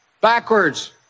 backwards